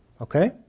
Okay